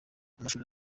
amashuri